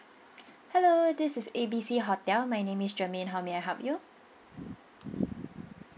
hello this is A B C hotel my name is germaine how may I help you